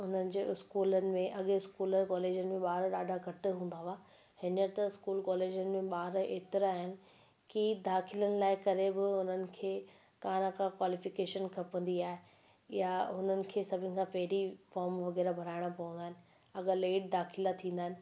उन्हनि जे स्कूलनि में अॻे स्कूल कॉलेजनि में ॿार ॾाढा घटि हूंदा हुआ हीअंर त स्कूल कॉलेजनि में ॿार एतिरा आहिनि की दाख़िलनि लाइ करे बि उन्हनि खे का न का क्वालीफिकेशन खपंदी आहे या हुननि खे सभिनि खां पहिरीं फ़ोर्म वग़ैरह भराइणा पवंदा आहिनि अगरि लेट दाख़िला थींदा आहिनि